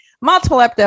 multiple